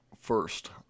first